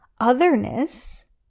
otherness